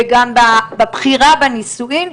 וגם בבחירה בנישואים,